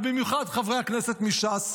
ובמיוחד חברי הכנסת מש"ס,